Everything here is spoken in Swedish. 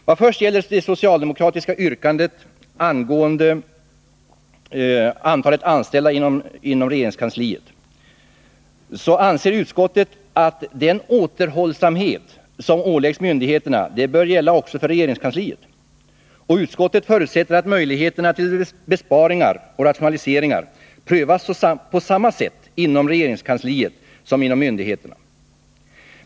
Vad först gäller det socialdemokratiska yrkandet angående antalet anställda inom regeringskansliet, anser utskottet att den återhållsamhet som åläggs myndigheterna bör gälla också för regeringskansliet. Utskottet förutsätter att möjligheterna till besparingar och rationaliseringar prövas på samma sätt inom regeringskansliet som inom myndigheterna.